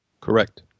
Correct